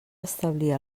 establir